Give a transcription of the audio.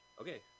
Okay